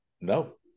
no